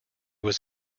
was